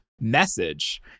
message